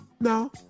no